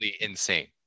insane